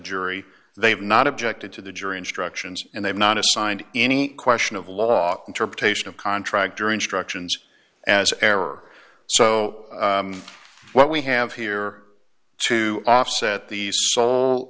jury they have not objected to the jury instructions and they've not assigned any question of law interpretation of contract during structure ins as error so what we have here to offset the sole